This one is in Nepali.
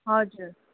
हजुर